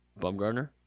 Bumgarner